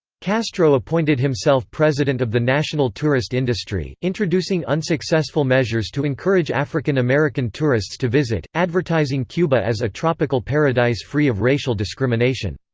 castro appointed himself president of the national tourist industry, introducing unsuccessful measures to encourage african-american tourists to visit, advertising cuba as a tropical paradise free of racial discrimination.